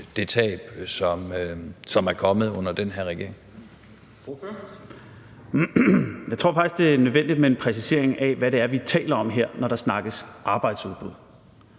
Kl. 13:52 Rune Lund (EL): Jeg tror faktisk, det er nødvendigt med en præcisering af, hvad det er, vi taler om her, når der snakkes arbejdsudbud.